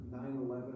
9-11